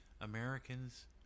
americans